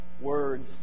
words